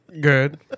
Good